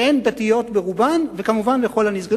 שהן דתיות ברובן, וכמובן לכל הנזקקים.